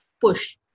push